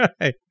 right